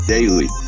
Daily